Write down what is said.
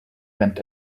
went